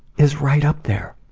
is right up there!